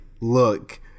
look